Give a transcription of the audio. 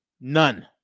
None